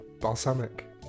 balsamic